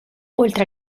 oltre